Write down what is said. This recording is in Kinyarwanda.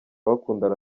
bakundana